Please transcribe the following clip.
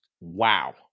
Wow